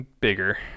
bigger